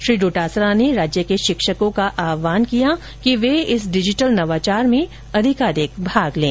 श्री डोटासरा ने राज्य के शिक्षकों का आहवान किया है कि वे इस डिजिटल नवाचार में अधिकाधिक भाग लें